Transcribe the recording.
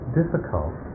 difficult